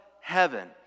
heaven